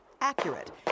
accurate